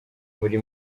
muri